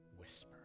whisper